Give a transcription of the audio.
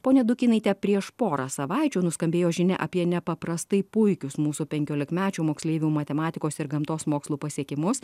ponia dukynaite prieš porą savaičių nuskambėjo žinia apie nepaprastai puikius mūsų penkiolikmečių moksleivių matematikos ir gamtos mokslų pasiekimus